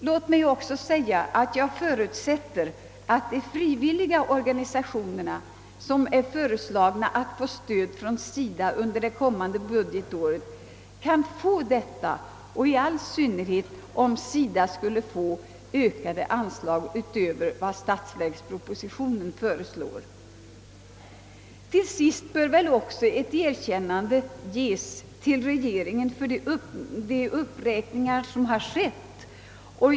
Låt mig också säga att jag förutsätter att de frivilliga organisationer som SIDA = föreslagit skulle få stöd under det kommande budgetåret kan få detta, i all synnerhet om SIDA får mer pengar än vad statsverkspropositionen föreslår. Till sist bör väl också ett erkännande ges till regeringen för de uppräkningar som har skett.